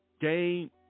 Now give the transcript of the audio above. Game